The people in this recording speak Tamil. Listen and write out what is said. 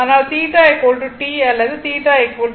ஆனால் θ t அல்லது θ 0